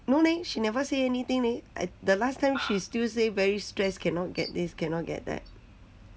no leh she never say anything leh I the last time she still say very stress cannot get this cannot get that